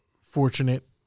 fortunate